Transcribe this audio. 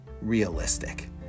realistic